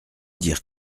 dire